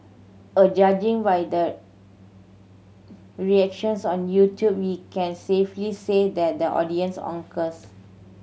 a judging by the reactions on YouTube we can safely say that the audience concurs